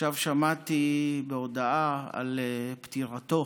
עכשיו שמעתי בהודעה על פטירתו